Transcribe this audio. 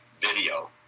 video